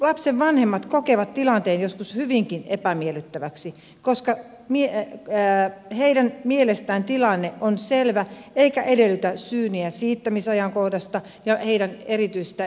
lapsen vanhemmat kokevat tilanteen joskus hyvinkin epämiellyttäväksi koska heidän mielestään tilanne on selvä eikä edellytä syyniä siittämisajankohdasta ja heidän erityisestä elämäntilanteestaan